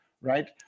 right